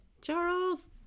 charles